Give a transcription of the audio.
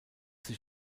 sich